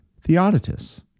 Theodotus